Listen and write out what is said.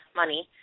money